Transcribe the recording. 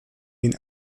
den